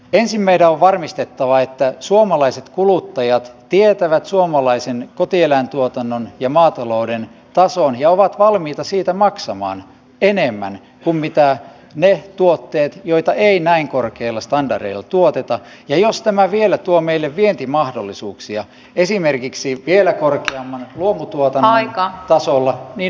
ensin meidän on varmistettava että suomalaiset kuluttajat tietävät suomalaisen kotieläintuotannon ja maatalouden tason ja ovat valmiita siitä maksamaan enemmän kuin mitä maksavat ne tuotteet joita ei näin korkeilla standardeilla tuoteta ja jos tämä vielä tuo meille vientimahdollisuuksia esimerkiksi vielä korkeamman luomutuotannon tasolla niin hyvä vain